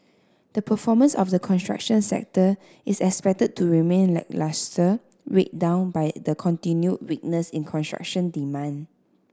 the performance of the construction sector is expected to remain lacklustre weighed down by the continued weakness in construction demand